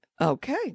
Okay